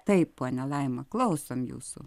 taip ponia laima klausom jūsų